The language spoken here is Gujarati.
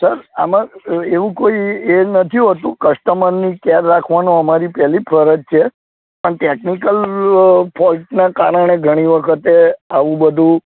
સર આમાં એવું કોઈ એ નથી હોતું કસ્ટમરની કેર રાખવાનો અમારી પહેલી ફરજ છે પણ ટેકનિકલ ફોલ્ટનાં કારણે ઘણી વખતે આવું બધું